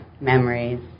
memories